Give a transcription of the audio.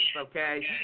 okay